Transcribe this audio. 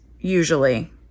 usually